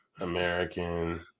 American